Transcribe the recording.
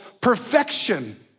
perfection